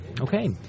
Okay